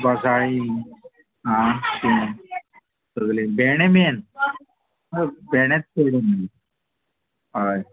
गोसाळी सगळी भेंडे मेन भेणेच सगळें हय